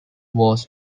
was